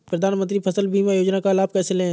प्रधानमंत्री फसल बीमा योजना का लाभ कैसे लें?